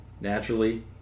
naturally